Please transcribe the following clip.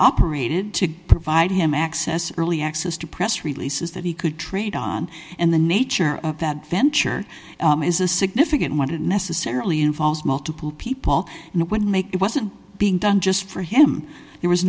operated to provide him access early access to press releases that he could trade on and the nature of that venture is a significant one it necessarily involves multiple people and it would make it wasn't being done just for him there was